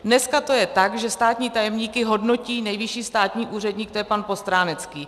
Dneska to je tak, že státní tajemníky hodnotí nejvyšší státní úředník, to je pan Postránecký.